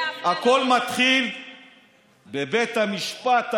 הכול מתחיל בבית המשפט העליון,